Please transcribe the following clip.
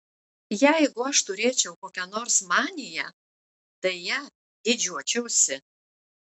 jeigu aš turėčiau kokią nors maniją tai ja didžiuočiausi